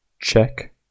check